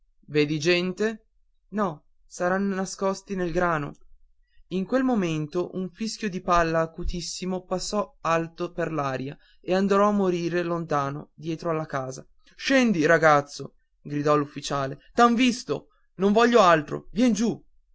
vedi gente no saran nascosti nel grano in quel momento un fischio di palla acutissimo passò alto per l'aria e andò a morire lontano dietro alla casa scendi ragazzo gridò l'ufficiale t'han visto non voglio altro vien giù